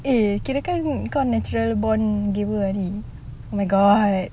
eh kirakan kau natural born gamer lah ini oh my god